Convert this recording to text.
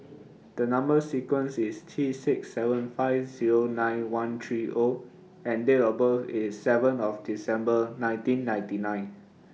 The Number sequence IS T six seven five Zero nine one three O and Date of birth IS seven of December nineteen ninety nine